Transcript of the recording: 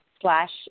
slash